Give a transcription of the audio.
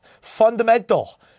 fundamental